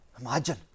Imagine